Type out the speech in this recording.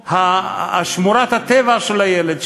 שמורת הטבע של הילד,